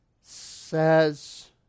says